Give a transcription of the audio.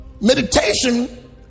Meditation